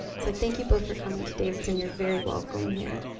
so thank you both for coming to davidson, you're very welcome here.